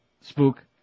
Spook